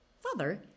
Father